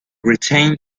retained